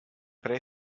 pre